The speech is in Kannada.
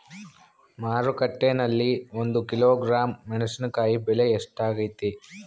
ಮಾರುಕಟ್ಟೆನಲ್ಲಿ ಒಂದು ಕಿಲೋಗ್ರಾಂ ಮೆಣಸಿನಕಾಯಿ ಬೆಲೆ ಎಷ್ಟಾಗೈತೆ?